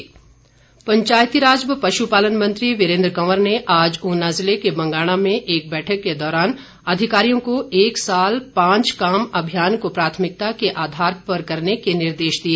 वीरेन्द कंवर पंचायतीराज व पशुपालन मंत्री वीरेन्द्र कंवर ने आज ऊना जिले के बंगाणा में एक बैठक के दौरान अधिकारियों को एक साल पांच काम अभियान को प्राथमिकता के आधार पर करने के निर्देश दिए